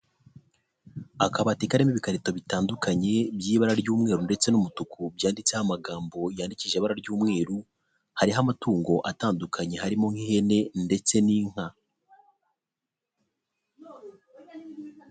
Akabati karimo ibikarito bitandukanye by'ibara ry'umweru ndetse n'umutuku byanditseho amagambo yandikishije ibara ry'umweru. Hariho amatungo atandukanye harimo nk'ihene ndetse n'inka.